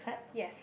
yes